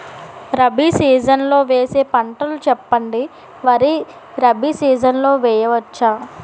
Rabi season లో వేసే పంటలు చెప్పండి? వరి రబీ సీజన్ లో వేయ వచ్చా?